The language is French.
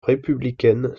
républicaine